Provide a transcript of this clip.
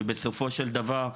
ובסופו של דבר,